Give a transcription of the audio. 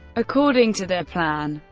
according to their plan,